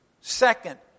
second